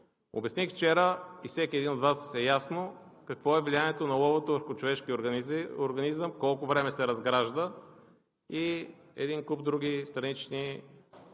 Обясних вчера, и на всеки един от Вас е ясно, какво е влиянието на оловото върху човешкия организъм, колко време се разгражда и един куп други странични